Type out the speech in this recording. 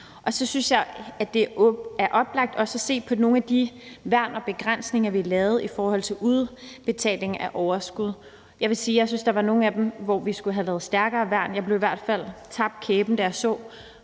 Så synes jeg også, det er oplagt at se på nogle af de værn og begrænsninger, vi lavede i forhold til udbetaling af overskud. Jeg vil sige, at jeg synes, at vi for nogle af dem skulle have lavet stærkere værn. Jeg tabte kæben, da jeg så,